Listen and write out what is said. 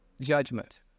judgment